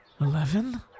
Eleven